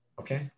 okay